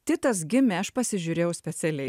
titas gimė aš pasižiūrėjau specialiai